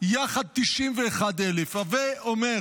יחד 91,000. הווה אומר,